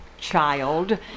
child